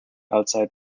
outside